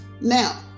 Now